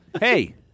Hey